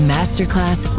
Masterclass